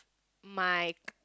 my